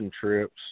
trips